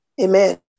Amen